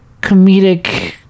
comedic